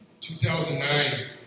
2009